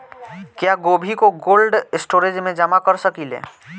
क्या गोभी को कोल्ड स्टोरेज में जमा कर सकिले?